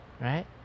Right